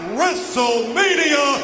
WrestleMania